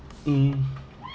um